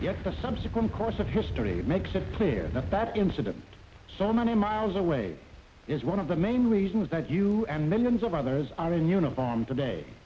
manchuria a subsequent course of history makes it clear that that incident so many miles away is one of the main reasons that you and millions of others are in uniform today